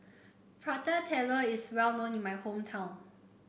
Prata Telur is well known in my hometown